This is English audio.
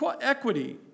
equity